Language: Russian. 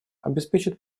обеспечат